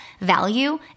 value